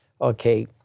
okay